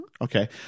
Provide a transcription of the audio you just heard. Okay